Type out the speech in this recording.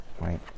right